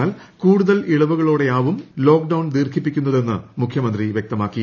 എന്നാൽ കൂടുതൽ ഇളവുകളോടെയാവും ലോക്ഡൌൺ ദീർഘിപ്പിക്കുന്നതെന്ന് മുഖൃമന്ത്രി വൃക്തമാക്കി